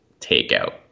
takeout